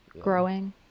growing